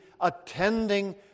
attending